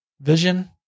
Vision